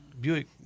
Buick